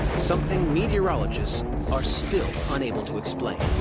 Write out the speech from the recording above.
something meteorologists are still unable to explain.